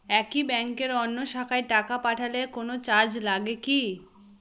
একই ব্যাংকের অন্য শাখায় টাকা পাঠালে কোন চার্জ লাগে কি?